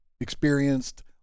experienced